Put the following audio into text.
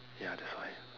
ya that's why